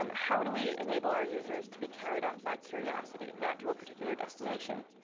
um how do we enable our users to be carried off by curiosity, not to a particular destination?